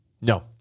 No